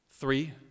Three